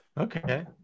okay